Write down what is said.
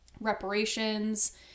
reparations